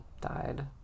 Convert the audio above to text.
died